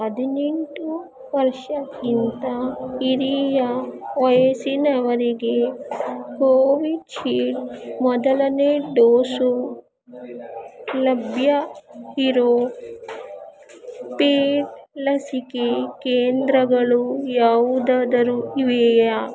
ಹದಿನೆಂಟು ವರ್ಷಕ್ಕಿಂತ ಹಿರಿಯ ವಯಸ್ಸಿನವರಿಗೆ ಕೋವಿಶೀಲ್ಡ್ ಮೊದಲನೇ ಡೋಸು ಲಭ್ಯ ಇರೋ ಪೇಯ್ಡ್ ಲಸಿಕೆ ಕೇಂದ್ರಗಳು ಯಾವ್ದಾದದ್ರೂ ಇವೆಯಾ